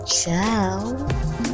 ciao